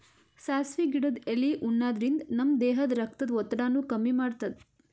ಸಾಸ್ವಿ ಗಿಡದ್ ಎಲಿ ಉಣಾದ್ರಿನ್ದ ನಮ್ ದೇಹದ್ದ್ ರಕ್ತದ್ ಒತ್ತಡಾನು ಕಮ್ಮಿ ಮಾಡ್ತದ್